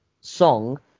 song